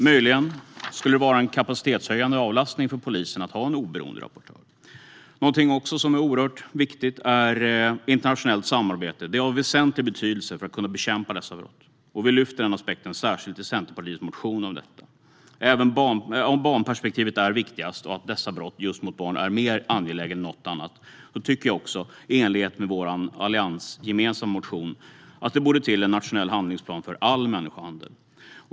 Möjligen skulle det vara en kapacitetshöjande avlastning för polisen att ha en oberoende rapportör. Någonting som är oerhört viktigt är internationellt samarbete. Det är av väsentlig betydelse för att man ska kunna bekämpa dessa brott. Vi lyfter särskilt den aspekten i Centerpartiets motion om detta. Även om barnperspektivet är viktigast och frågan om dessa brott just mot barn är mer angelägen än något annat tycker jag också, i enlighet med vår alliansgemensamma motion, att det borde till en nationell handlingsplan för all människohandel.